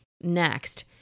next